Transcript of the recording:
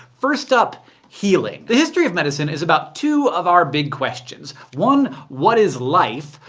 first up healing. the history of medicine is about two of our big questions one, what is life?